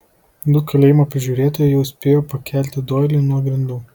du kalėjimo prižiūrėtojai jau spėjo pakelti doilį nuo grindų